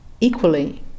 equally